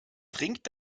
trinkt